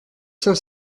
cinq